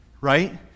right